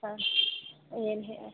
ಹಾಂ ಏನು ಹೇ